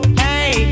hey